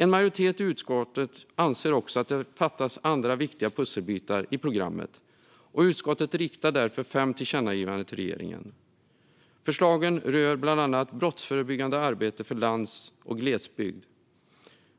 En majoritet i utskottet anser att det fattas andra viktiga pusselbitar i programmet, och utskottet riktar därför fem tillkännagivanden till regeringen. Förslagen rör bland annat brottsförebyggande arbete för lands och glesbygd.